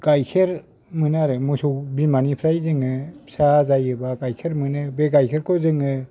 गाइखेर मोनो आरो मोसौ बिमानिफ्राय जोङो फिसा आजायोबा गाइखेर मोनो बे गाइखेरखौ जोङो